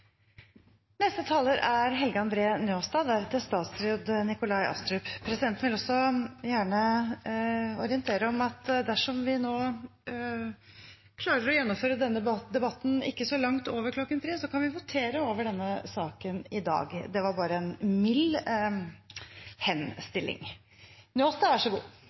Presidenten vil gjerne orientere om at dersom vi nå klarer å gjennomføre denne debatten ikke så langt over klokken 15, kan vi votere over denne saken i dag. Det var bare en mild henstilling.